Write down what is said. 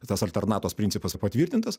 tas alternato principas patvirtintas